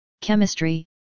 Chemistry